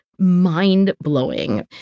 mind-blowing